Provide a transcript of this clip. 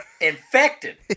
infected